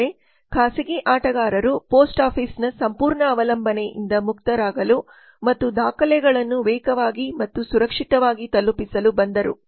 ಆದರೆ ಖಾಸಗಿ ಆಟಗಾರರು ಪೋಸ್ಟ್ ಆಫೀಸ್ನ ಸಂಪೂರ್ಣ ಅವಲಂಬನೆಯಿಂದ ಮುಕ್ತರಾಗಲು ಮತ್ತು ದಾಖಲೆಗಳನ್ನು ವೇಗವಾಗಿ ಮತ್ತು ಸುರಕ್ಷಿತವಾಗಿ ತಲುಪಿಸಲು ಬಂದರು